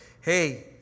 hey